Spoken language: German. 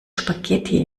spaghetti